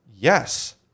Yes